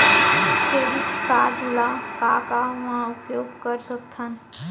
Credit card ला का का मा उपयोग कर सकथन?